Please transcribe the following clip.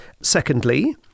Secondly